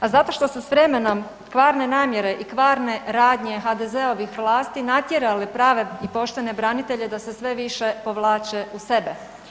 A zato što su s vremenom kvarne namjere i kvarne radnje HDZ-ovih vlasti natjerale prave i poštene branitelje da se sve više povlače u sebe.